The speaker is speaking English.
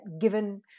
given